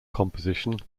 composition